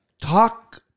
talk